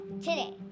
Today